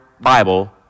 Bible